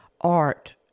art